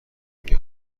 خنگ